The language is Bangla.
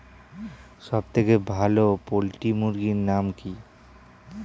সবথেকে ভালো পোল্ট্রি মুরগির নাম কি?